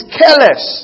careless